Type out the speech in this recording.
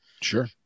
Sure